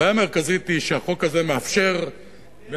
הבעיה המרכזית היא שהחוק הזה מאפשר, התגיירה.